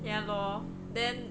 ya lor then